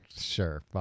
Sure